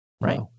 Right